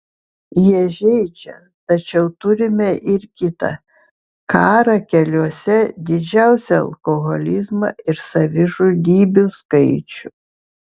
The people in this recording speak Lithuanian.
jie žeidžia tačiau turime ir kita karą keliuose didžiausią alkoholizmą ir savižudybių skaičių